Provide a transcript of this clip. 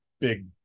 big